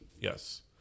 Yes